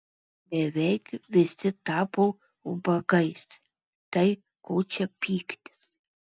beveik visi tapo ubagais tai ko čia pyktis